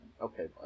Okay